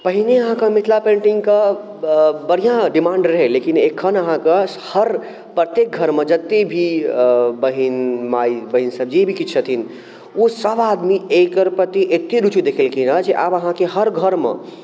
पहिने अहाँके मिथिला पेन्टिङ्गके बढ़िआँ डिमाण्ड रहै लेकिन एखन अहाँके हर प्रत्येक घरमे जतेक भी बहिन माइ बहिनसब जे भी किछु छथिन ओसब आदमी एकर प्रति एतेक रुचि देखेलखिन हँ जे आब अहाँके हर घरमे